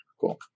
Cool